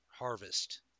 Harvest